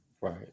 Right